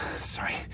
Sorry